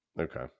Okay